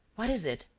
what is it?